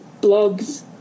blogs